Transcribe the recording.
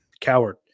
coward